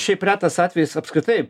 šiaip retas atvejis apskritai